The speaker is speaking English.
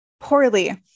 poorly